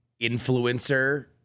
influencer